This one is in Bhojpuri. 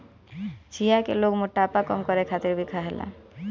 चिया के लोग मोटापा कम करे खातिर भी खायेला